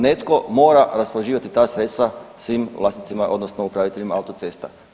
Netko mora raspoređivati ta sredstva svim vlasnicima odnosno upraviteljima autocesta.